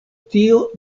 tio